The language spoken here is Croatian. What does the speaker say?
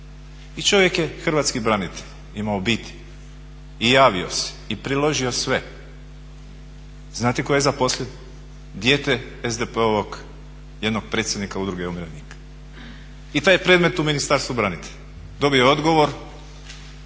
i čovjek je hrvatski branitelj, ima obitelj i javio se i priložio sve. Znate tko je zaposlen? Dijete SDP-ovog jednog predsjednika Udruge umirovljenika. I taj je predmet u Ministarstvu branitelja. Dobio je odgovor